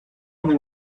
only